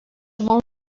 molt